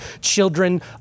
children